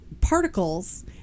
particles